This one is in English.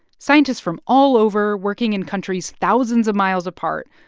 scientists from all over, working in countries thousands of miles apart,